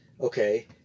okay